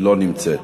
לא נמצאת.